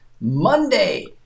Monday